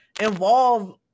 involve